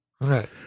Right